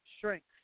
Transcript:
shrinks